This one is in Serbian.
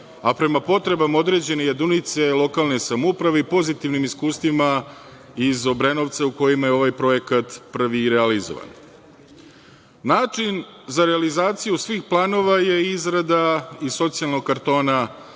a prema potrebama određene jedinice lokalne samouprave i pozitivnim iskustvima iz Obrenovca u kojima je ovaj projekat prvi i realizovan. Način za realizaciju svih planova je izrada i socijalnog kartona